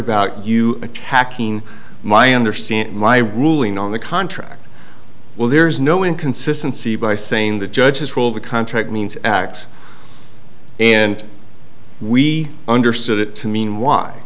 about you attacking my understand my ruling on the contract well there's no inconsistency by saying the judges rule the contract means x and we understood it to mean why